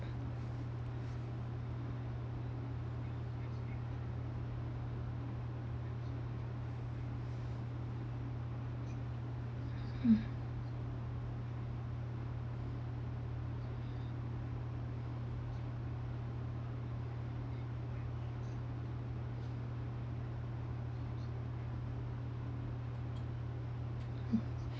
hmm mm